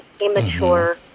immature